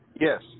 Yes